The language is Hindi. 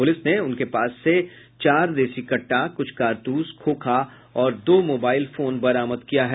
पुलिस ने उनके पास से चार देशी कट्टा कुछ कारतूस खोखा और दो मोबाइल फोन बरामद किया है